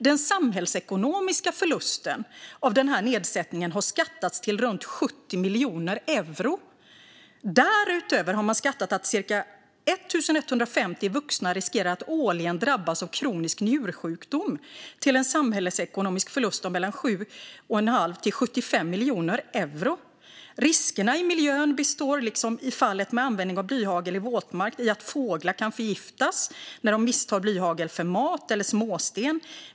Den samhällsekonomiska förlusten av denna nedsättning har skattats till runt 70 miljoner euro. Därutöver har man skattat att cirka 1 150 vuxna årligen riskerar att drabbas av kronisk njursjukdom, till en samhällsekonomisk förlust av mellan 7,5 till 75 miljoner euro. Riskerna i miljön består, liksom i fallet med användning av blyhagel i våtmark, i att fåglar kan förgiftas när de misstar blyhagel för mat eller småsten.